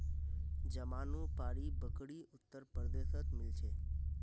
जमानुपारी बकरी उत्तर प्रदेशत मिल छे